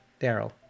Daryl